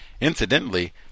Incidentally